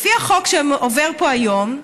לפי החוק שעובר פה היום,